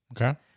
Okay